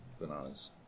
bananas